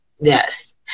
Yes